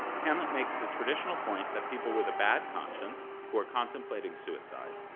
hamlet makes the traditional point that people with a bad conscience, who are contemplating suicide,